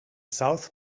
south